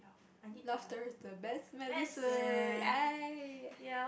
laughter is the best medicine